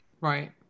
right